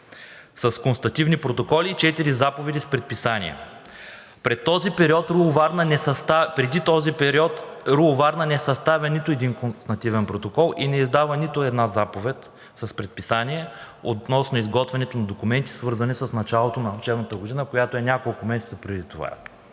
с констативни протоколи и четири заповеди с предписания. Преди този период РУО – Варна, не съставя нито един констативен протокол и не издава нито една заповед с предписание относно изготвянето на документи, свързани с началото на учебната година, която е няколко месеца преди това.